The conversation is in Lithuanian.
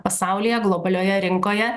pasaulyje globalioje rinkoje